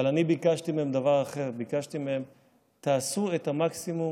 אבל אני ביקשתי מהם דבר אחר: תעשו את המקסימום